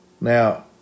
Now